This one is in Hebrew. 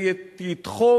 זה יתחם